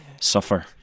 suffer